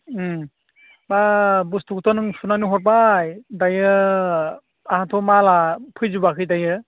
मा बुस्थुखौथ' नों सुनानै हरबाय दायो आंहाथ' मालआ फैजोबाखै दायो